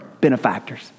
benefactors